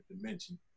dimension